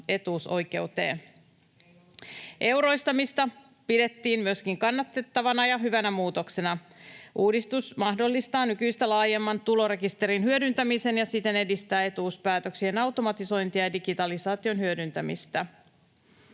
etuusoikeuteen. Myös euroistamista pidettiin kannatettavana ja hyvänä muutoksena. Uudistus mahdollistaa nykyistä laajemman tulorekisterin hyödyntämisen ja siten edistää etuuspäätöksien automatisointia ja digitalisaation hyödyntämistä.